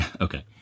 Okay